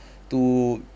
to